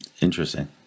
Interesting